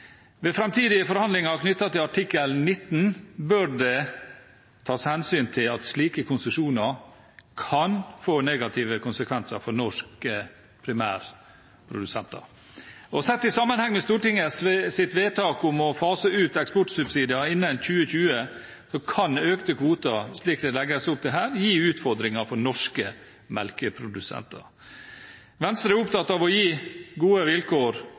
Ved framtidige forhandlinger knyttet til artikkel 19 bør det tas hensyn til at slike konsesjoner kan få negative konsekvenser for norske primærprodusenter. Sett i sammenheng med Stortingets vedtak om å fase ut eksportsubsidier innen 2020 kan økte kvoter slik det legges opp til her, gi utfordringer for norske melkeprodusenter. Venstre er opptatt av å gi gode vilkår